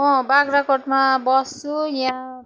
म बाख्राकोटमा बस्छु यहाँ